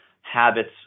habits